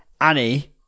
Annie